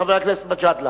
חבר הכנסת מג'אדלה.